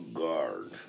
guard